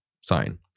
sign